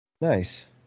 Nice